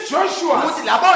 Joshua